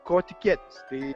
ko tikėtis tai